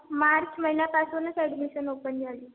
मार्च महिन्यापासूनच admission open झाली